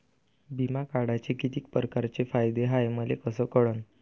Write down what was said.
बिमा काढाचे कितीक परकारचे फायदे हाय मले कस कळन?